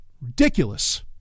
ridiculous